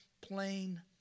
plain